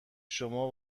شما